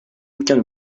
aucun